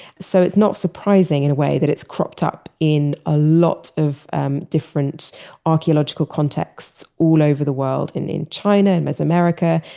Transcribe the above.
so it's not surprising in a way that it's cropped up in a lot of different archeological contexts all over the world in in china and north america,